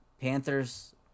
Panthers